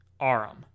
Arum